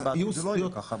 אבל בעתיד זה לא יהיה ככה.